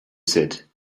said